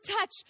touch